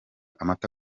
amata